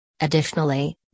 Additionally